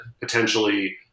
potentially